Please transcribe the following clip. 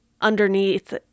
underneath